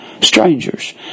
strangers